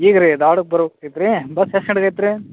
ಈಗ ರಿ ಧಾರವಾಡಕ್ಕೆ ಬರಬೇಕಾಗಿತ್ರಿ ಬಸ್ ಎಷ್ಟು ಗಂಟೆಗೆ ಐತ್ರಿ